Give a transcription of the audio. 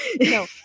no